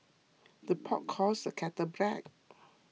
the pot calls the kettle black